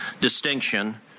Distinction